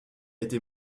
été